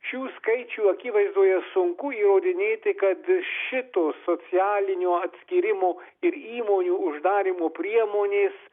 šių skaičių akivaizdoje sunku įrodinėti kad šito socialinio atskyrimo ir įmonių uždarymo priemonės